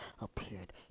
appeared